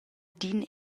d’in